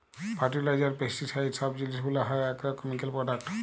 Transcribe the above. fertiliser, pesticide সব জিলিস গুলা হ্যয় আগ্রকেমিকাল প্রোডাক্ট